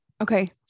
okay